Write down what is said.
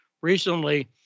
recently